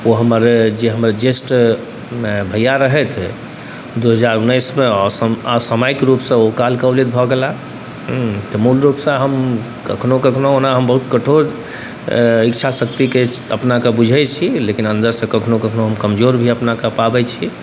ओ हमर जे हमर ज्येष्ठ भइआ रहथि दुइ हजार उनैसमे असामयिक रूपसँ ओ कालकलवित भऽ गेलाह हँ तऽ मूलरूपसँ हम कखनो कखनो ओना हम बहुत कठोर इच्छा शक्तिके अपनाके बुझै छी लेकिन अन्दरसँ हम कखनो कखनो कमजोर भी अपनाके पाबै छी